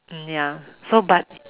ya so but